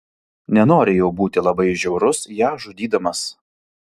nenori jau būti labai žiaurus ją žudydamas